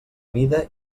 mida